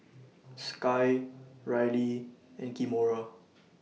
Sky Rylie and Kimora